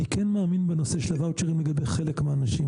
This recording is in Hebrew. אני כן מאמין בנושא של הוואוצ'רים לגבי חלק מהאנשים,